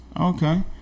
Okay